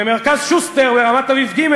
במרכז-שוסטר ברמת-אביב ג',